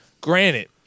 granted